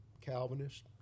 Calvinist